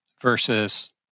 versus